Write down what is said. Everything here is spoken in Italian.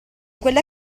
quella